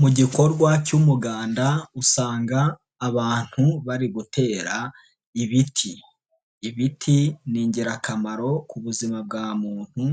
Mu gikorwa cy'umuganda usanga abantu bari gutera ibiti, ibiti ni ingirakamaro ku buzima bwa muntu